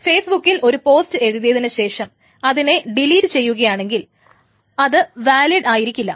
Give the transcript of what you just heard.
ഫേസ്ബുക്കിൽ ഒരു പോസ്റ്റ് എഴുതിയതിനു ശേഷം അതിനെ ഡിലീറ്റ് ചെയ്യുകയാണെങ്കിൽ അത് വാലിഡ് ആയിരിക്കില്ല